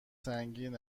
سنگین